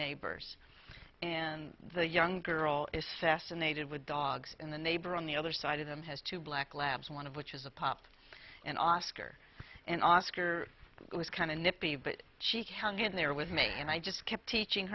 neighbors and the young girl is sas and they did with dogs in the neighbor on the other side of them has two black labs one of which is a pop and oscar and oscar was kind of nippy but she can get in there with me and i just kept teaching